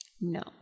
No